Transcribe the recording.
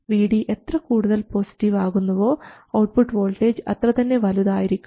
Vd എത്ര കൂടുതൽ positive ആകുന്നുവോ ഔട്ട്പുട്ട് വോൾട്ടേജ് അത്രതന്നെ വലുതായിരിക്കും